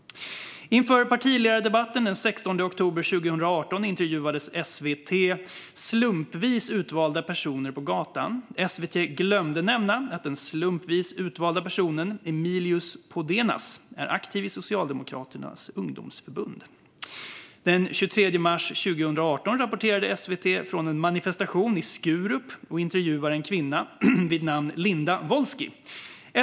Inför partiledardebatten den 16 oktober 2018 intervjuade SVT slumpvis utvalda personer på gatan. SVT glömde nämna att den slumpvis utvalda personen Emilius Podenas är aktiv i Socialdemokraternas ungdomsförbund. Den 23 mars 2018 rapporterade SVT från en manifestation i Skurup och intervjuade en kvinna vid namn Linda Wolski.